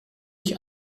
ich